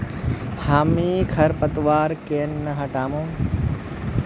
हामी खरपतवार केन न हटामु